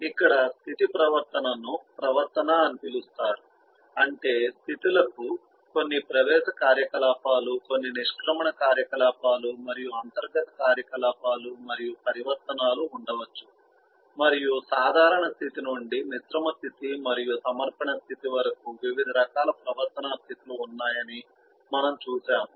ఇక్కడ స్థితి ప్రవర్తనను ప్రవర్తనా అని పిలుస్తారు అంటే స్థితి లకు కొన్ని ప్రవేశ కార్యకలాపాలు కొన్ని నిష్క్రమణ కార్యకలాపాలు మరియు అంతర్గత కార్యకలాపాలు మరియు పరివర్తనాలు ఉండవచ్చు మరియు సాధారణ స్థితి నుండి మిశ్రమ స్థితి మరియు సమర్పణ స్థితి వరకు వివిధ రకాల ప్రవర్తనా స్థితులు ఉన్నాయని మనము చూశాము